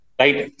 right